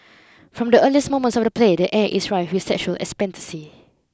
from the earliest moments of the play the air is rife with sexual expectancy